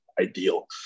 ideal